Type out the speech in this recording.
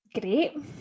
great